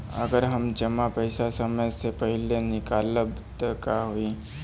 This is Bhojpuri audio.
अगर हम जमा पैसा समय से पहिले निकालब त का होई?